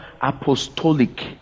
apostolic